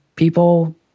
People